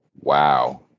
wow